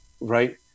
right